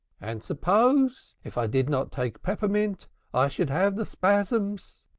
and suppose? if i did not take peppermint i should have the spasms.